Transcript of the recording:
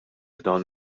dawn